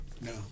no